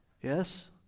yes